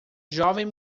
jovem